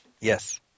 yes